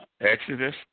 Exodus